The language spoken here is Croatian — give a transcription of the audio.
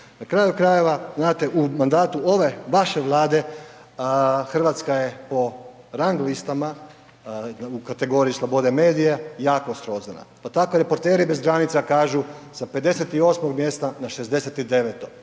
Na kraju krajeva, znate, u mandatu ove vaše Vlade, RH je po rang listama u kategoriji slobode medija, jako srozana, pa tako i reporteri bez granica kažu sa 58 mjesta na 69, 11 mjesta